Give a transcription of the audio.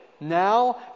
now